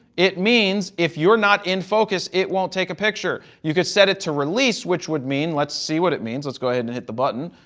it means if you're not in focus, it won't take a picture. you could set it to release, which would mean. let's see what it means. let's go ahead and hit the button.